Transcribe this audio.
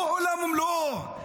הוא עולם ומלואו,